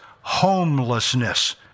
homelessness